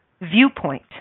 viewpoint